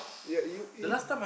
ya you it's